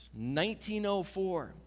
1904